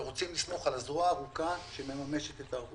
ורוצים לסמוך על הזרוע הארוכה שמממשת את הערבות.